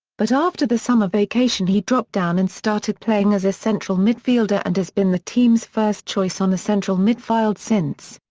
but after the summer vacation he dropped down and started playing as a central midfielder and has been the teams first choice on the central midfiled since.